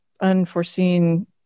unforeseen